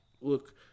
look